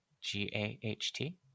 G-A-H-T